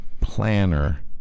planner